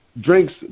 drinks